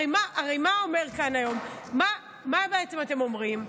הרי מה בעצם אתם אומרים?